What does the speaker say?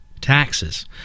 Taxes